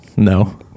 no